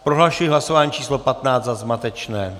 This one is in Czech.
Prohlašuji hlasování číslo 15 za zmatečné.